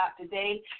today